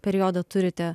periodą turite